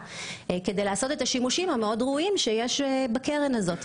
על מנת לעשות את השימושים הראויים שיש בקרן הזו.